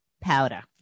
powder